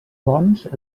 bons